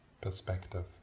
perspective